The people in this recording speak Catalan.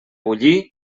bullir